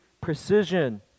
precision